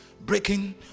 breaking